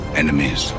enemies